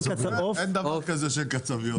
אין דבר כזה שאין קצביות.